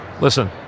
listen